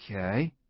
Okay